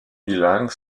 bilingues